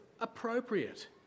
appropriate